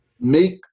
make